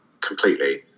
Completely